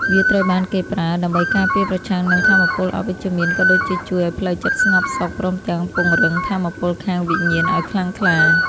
វាត្រូវបានគេប្រើដើម្បីការពារប្រឆាំងនឹងថាមពលអវិជ្ជមាន ក៏ដូចជាជួយឱ្យផ្លូវចិត្តស្ងប់សុខ ព្រមទាំងពង្រឹងថាមពលខាងវិញាណឱ្យខ្លាំងក្លា។